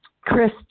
Chris